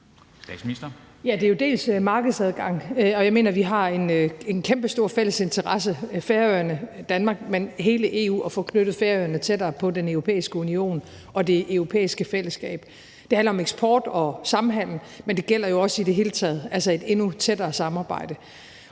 Frederiksen): Ja, det er jo til dels markedsadgangen – og jeg mener, at vi har en kæmpestor fælles interesse ikke bare i Færøerne og Danmark, men i hele EU i at få knyttet Færøerne tættere på Den Europæiske Union og det europæiske fællesskab. Det handler om eksport og samhandel, men det gælder jo også i det hele taget et endnu tættere samarbejde.